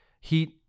Heat